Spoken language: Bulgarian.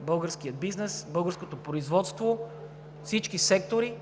българския бизнес, българското производство, всички сектори,